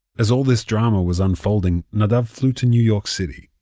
as all this drama was unfolding, nadav flew to new york city.